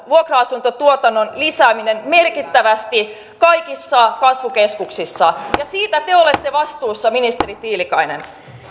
vuokra asuntotuotannon lisääminen merkittävästi kaikissa kasvukeskuksissa ja siitä te olette vastuussa ministeri tiilikainen